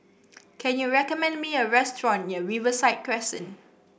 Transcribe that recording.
can you recommend me a restaurant near Riverside Crescent